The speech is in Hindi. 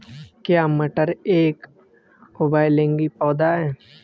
क्या मटर एक उभयलिंगी पौधा है?